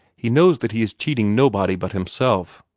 he knows that he is cheating nobody but himself,